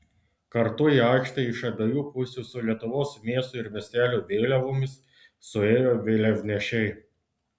kartu į aikštę iš abiejų pusių su lietuvos miestų ir miestelių vėliavomis suėjo vėliavnešiai